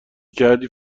کردی